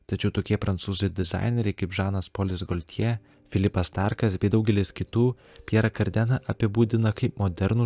tačiau tokie prancūzų dizaineriai kaip žanas polis goltje filipas starkas bei daugelis kitų pjerą kardeną apibūdina kaip modernų